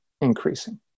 increasing